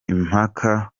impaka